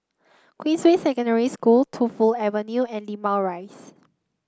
Queensway Secondary School Tu Fu Avenue and Limau Rise